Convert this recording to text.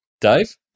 Dave